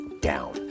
down